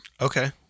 Okay